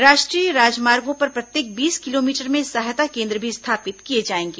राष्ट्रीय राजमार्गों पर प्रत्येक बीस किलोमीटर में सहायता केन्द्र भी स्थापित किए जाएंगे